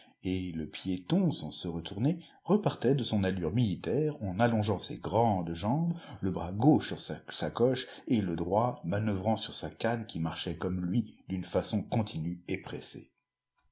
et le piéton sans se retourner repartait de son allure militaire en allongeant ses grandes jambes le bras gauche sur sa sacoche et le droit manœuvrant sur sa canne qui marchait comme lui d'une façon continue et pressée